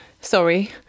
sorry